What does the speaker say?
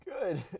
good